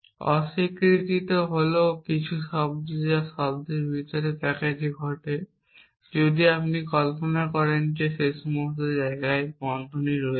অস্বীকৃতি চিহ্ন হল কিছু অর্থ হল সবচেয়ে ভিতরের প্যাকেজে ঘটে যদি আপনি কল্পনা করেন যে সমস্ত জায়গায় বন্ধনী রয়েছে